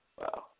Wow